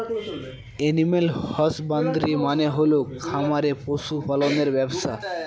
animal husbandry মানে হল খামারে পশু পালনের ব্যবসা